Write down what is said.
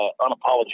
unapologetic